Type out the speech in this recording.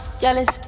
jealous